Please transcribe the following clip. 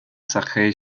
sacrés